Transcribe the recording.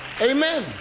Amen